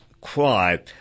cry